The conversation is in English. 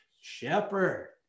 shepherd